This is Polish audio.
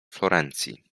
florencji